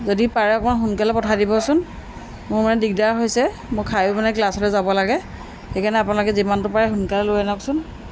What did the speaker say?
যদি পাৰে অকণমান সোনকালে পঠাই দিবচোন মোৰ মানে দিগদাৰ হৈছে মোৰ খায়ো মানে ক্লাছলৈ যাব লাগে সেইকাৰণে আপোনালোকে যিমানটো পাৰে সোনকালে লৈ আনকচোন